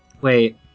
Wait